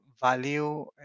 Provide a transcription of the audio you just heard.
value